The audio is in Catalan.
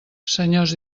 senyors